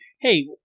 hey